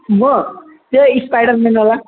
म त्यही स्पाइडर म्यानवाला